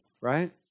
right